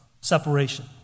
separation